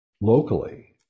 locally